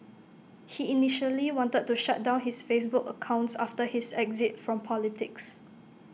he initially wanted to shut down his Facebook accounts after his exit from politics